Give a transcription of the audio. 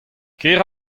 kêr